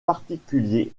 particuliers